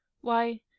Why